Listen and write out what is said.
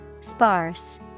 sparse